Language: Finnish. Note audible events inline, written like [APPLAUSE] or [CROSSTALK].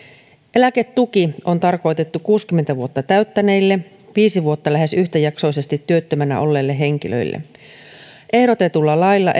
eläketuki on tarkoitettu kuusikymmentä vuotta täyttäneille viisi vuotta lähes yhtäjaksoisesti työttömänä olleille henkilöille ehdotetulla lailla [UNINTELLIGIBLE]